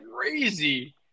crazy